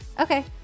Okay